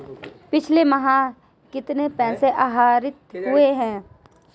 पिछले माह कितना पैसा आहरित हुआ है?